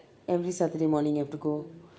every saturday morning you have to go